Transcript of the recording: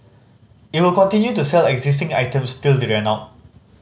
it will continue to sell existing items till they run out